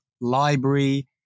library